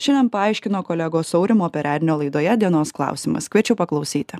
šiandien paaiškino kolegos aurimo perednio laidoje dienos klausimas kviečiu paklausyti